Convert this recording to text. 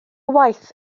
waith